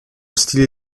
stile